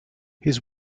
his